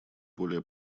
более